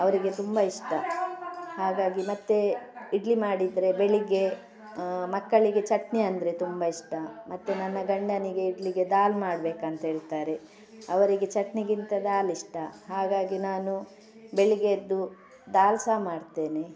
ಅವರಿಗೆ ತುಂಬ ಇಷ್ಟ ಹಾಗಾಗಿ ಮತ್ತೆ ಇಡ್ಲಿ ಮಾಡಿದರೆ ಬೆಳಿಗ್ಗೆ ಮಕ್ಕಳಿಗೆ ಚಟ್ನಿ ಅಂದರೆ ತುಂಬ ಇಷ್ಟ ಮತ್ತೆ ನನ್ನ ಗಂಡನಿಗೆ ಇಡ್ಲಿಗೆ ದಾಲ್ ಮಾಡಬೇಕಂತೇಳ್ತಾರೆ ಅವರಿಗೆ ಚಟ್ನಿಗಿಂತ ದಾಲ್ ಇಷ್ಟ ಹಾಗಾಗಿ ನಾನು ಬೆಳಿಗ್ಗೆ ಎದ್ದು ದಾಲ್ ಸಹ ಮಾಡ್ತೇನೆ